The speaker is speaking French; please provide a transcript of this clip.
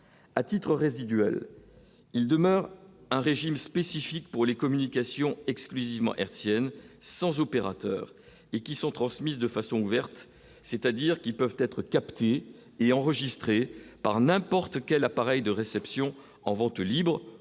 à titre résiduel. Il demeure un régime spécifique pour les communications exclusivement RCN sans opérateur et qui sont transmises de façon ouverte, c'est-à-dire qui peuvent être captées et enregistrées par n'importe quel appareil de réception en vente libre,